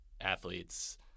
athletes